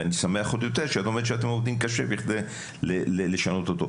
ואני שמח עוד יותר שאת אומרת שאתם עובדים קשה כדי לשנות אותו.